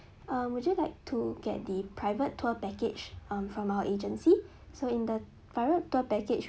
uh would you like to get the private tour package um from our agency so in the by right tour package